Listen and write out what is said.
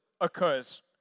occurs